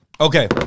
Okay